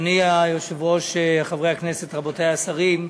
אדוני היושב-ראש, חברי הכנסת, רבותי השרים,